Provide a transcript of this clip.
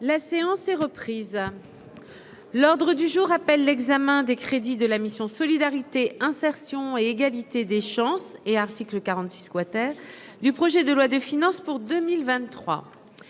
La séance est reprise, l'ordre du jour appelle l'examen des crédits de la mission Solidarité, insertion et égalité des chances et article 46 quater du projet de loi de finances pour 2023